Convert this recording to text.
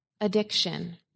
addiction